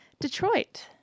Detroit